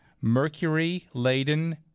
mercury-laden